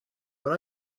but